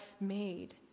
made